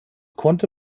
konnte